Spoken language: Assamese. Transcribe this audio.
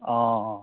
অঁ